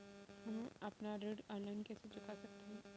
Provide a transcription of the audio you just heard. हम अपना ऋण ऑनलाइन कैसे चुका सकते हैं?